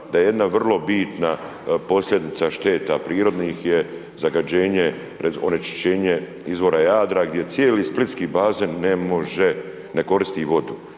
da je jedna vrlo bitna posljedica šteta prirodnih je, zagađenje, onečišćenje izvora Jadra gdje cijeli splitski bazen ne može, ne koristi vodu.